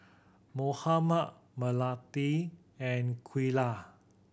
Muhammad Melati and Aqeelah